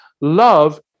love